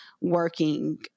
working